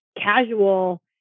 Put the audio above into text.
casual